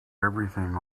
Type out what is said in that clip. everything